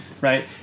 right